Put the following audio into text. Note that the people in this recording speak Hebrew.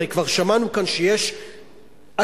הרי שמענו כאן שיש עשרות-אלפי,